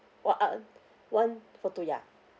one one four two yeah